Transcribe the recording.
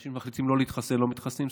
אנשים שמחליטים לא להתחסן לא מתחסנים.